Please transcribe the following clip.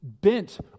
bent